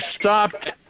stopped